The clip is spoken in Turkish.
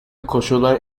koşullar